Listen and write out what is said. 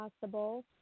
possible